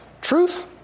Truth